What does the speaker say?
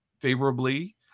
favorably